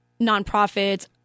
nonprofits